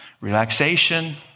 relaxation